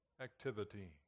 activity